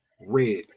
Red